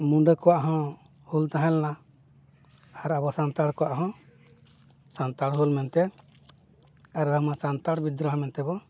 ᱢᱩᱸᱰᱟᱹ ᱠᱚᱣᱟᱜ ᱦᱚᱸ ᱦᱩᱞ ᱛᱟᱦᱮᱸᱞᱮᱱᱟ ᱟᱨ ᱟᱵᱚ ᱥᱟᱱᱛᱟᱲ ᱠᱚᱣᱟᱜ ᱦᱚᱸ ᱥᱟᱱᱛᱟᱲ ᱦᱩᱞ ᱢᱮᱱᱛᱮ ᱟᱨ ᱥᱟᱱᱛᱟᱲ ᱵᱤᱫᱽᱫᱨᱚᱦᱚ ᱢᱮᱱᱛᱮᱵᱚᱱ